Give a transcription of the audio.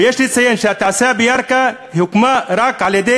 ויש לציין שהתעשייה בירכא הוקמה רק על-ידי